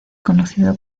conocido